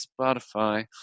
Spotify